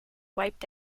wiped